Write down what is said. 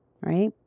right